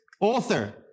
author